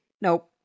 Nope